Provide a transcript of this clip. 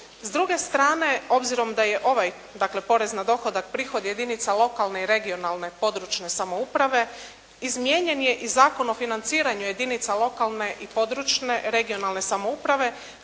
S druge strane, obzirom da je ovaj, dakle porez na dohodak prihod jedinica lokalne i regionalne područne samouprave izmijenjen je i zakon o financiranju jedinica lokalne i područne regionalne samouprave